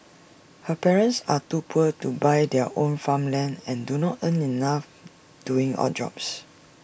her parents are too poor to buy their own farmland and do not earn enough doing odd jobs